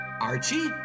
Archie